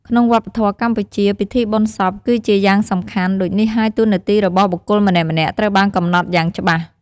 ក្នុងវប្បធម៌កម្ពុជា ពិធីបុណ្យសពគឺជាយ៉ាងសំខាន់ ដូចនេះហើយតួនាទីរបស់បុគ្គលម្នាក់ៗត្រូវបានកំណត់យ៉ាងច្បាស់។